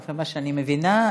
עד כמה שאני מבינה.